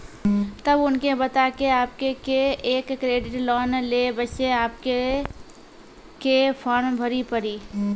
तब उनके बता के आपके के एक क्रेडिट लोन ले बसे आपके के फॉर्म भरी पड़ी?